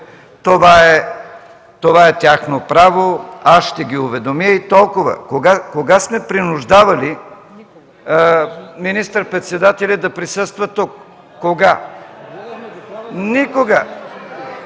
„Това е тяхно право, аз ще ги уведомя”. И толкова! Кога сме принуждавали министър-председателя да присъства тук? Кога? Никога!